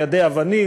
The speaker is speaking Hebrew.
מיידה אבנים,